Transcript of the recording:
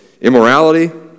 immorality